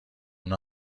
اون